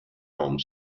home